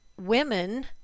women